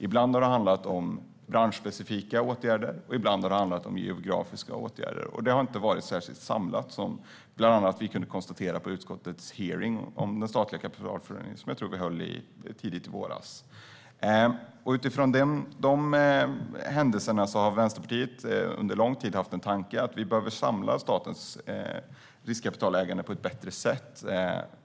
Ibland har det handlat om branschspecifika åtgärder, och ibland har det handlat om geografiska åtgärder. Det har inte varit särskilt samlat, vilket vi kunde konstatera bland annat på utskottets hearing tidigt i våras om den statliga kapitalförsörjningen. Utifrån dessa händelser har Vänsterpartiet under lång tid haft tanken att vi behöver samla statens riskkapitalägande på ett bättre sätt.